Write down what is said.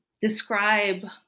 describe